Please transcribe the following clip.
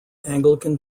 anglican